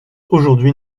aujourd’hui